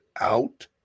out